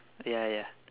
ya ya